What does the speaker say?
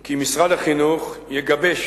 כי משרד החינוך יגבש